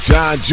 John